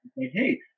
hey